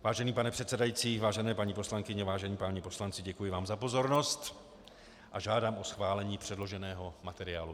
Vážený pane předsedající, vážené paní poslankyně, vážení páni poslanci, děkuji vám za pozornost a žádám o schválení předloženého materiálu.